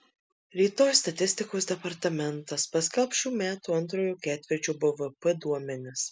rytoj statistikos departamentas paskelbs šių metų antrojo ketvirčio bvp duomenis